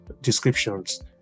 descriptions